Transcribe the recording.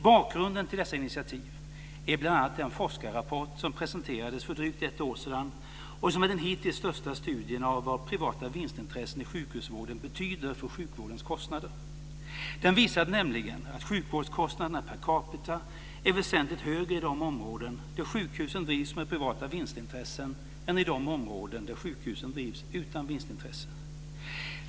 Bakgrunden till dessa initiativ är bl.a. den forskarrapport som presenterades för drygt ett år sedan, och som är den hittills största studien av vad privata vinstintressen i sjukhusvården betyder för sjukvårdens kostnader. Den visade nämligen att sjukvårdskostnaderna per capita är väsentligt högre i de områden där sjukhusen drivs med privata vinstintressen än i de områden där sjukhusen drivs utan vinstintresse.